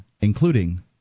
including